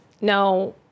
Now